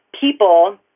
people